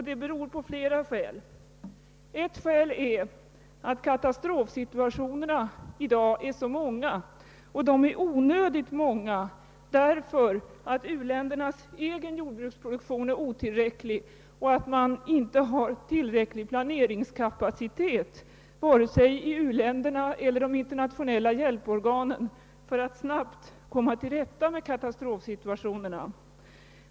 Det finns flera skäl till detta. Ett skäl är att katastrofsituationerna i dag är så många, onödigt många på grund av att u-ländernas egen jordbruksproduktion är otillräcklig och det inte finns — tillräcklig planeringskapacitet vare sig i u-länderna eller de internationella hjälporganen för att snabbt komma till rätta med dessa katastrofsituationer.